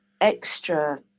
extra